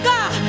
God